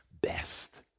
best